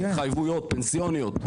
התחייבויות פנסיוניות,